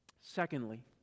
Secondly